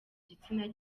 gitsina